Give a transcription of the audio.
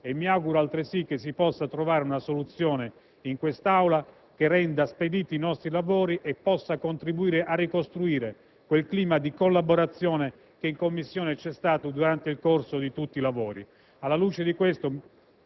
e mi auguro altresì che si possa trovare una soluzione in Aula che renda spediti i nostri lavori e possa contribuire a ricostruire quel clima di collaborazione che in Commissione c'è stato durante il corso di tutti i lavori. Alla luce di tutto